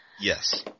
Yes